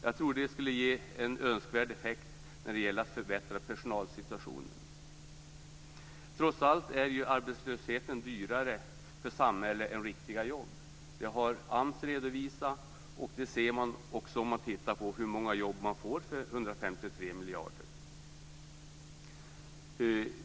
Jag tror att det skulle ge en önskvärd effekt när det gäller att förbättra personalsituationen. Trots allt är arbetslösheten dyrare för samhället än riktiga jobb. Det har AMS redovisat och det ser man också om man tittar närmare på hur många jobb man får för 153 miljarder.